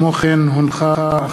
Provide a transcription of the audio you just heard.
בנושא: הירידה במוטיבציה לשרת שירות קרבי.